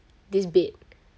this bed